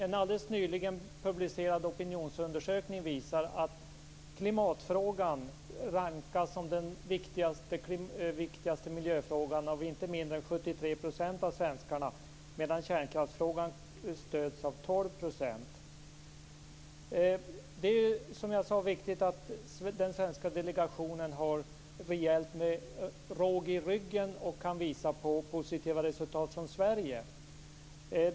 En alldeles nyligen publicerad opinionsundersökning visar att klimatfrågan rankas som den viktigaste miljöfrågan av inte mindre än 73 % av svenskarna, medan kärnkraftsfrågan stöds av 12 %. Det är viktigt att den svenska delegationen har rejält med råg i ryggen och kan visa på positiva resultat från Sverige.